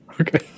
Okay